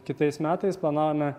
kitais metais planavome